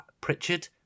Pritchard